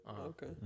Okay